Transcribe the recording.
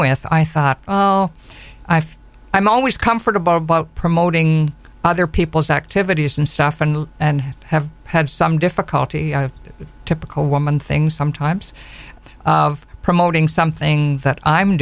with i thought i'm always comfortable promoting other people's activities and stuff and and have had some difficulty typical woman things sometimes of promoting something that i'm